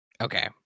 Okay